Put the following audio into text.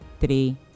three